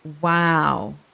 Wow